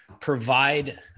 provide